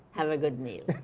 have a good meal.